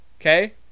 okay